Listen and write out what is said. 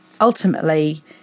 ultimately